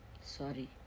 Sorry